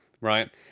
right